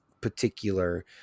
particular